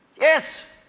Yes